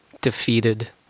defeated